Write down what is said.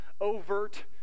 overt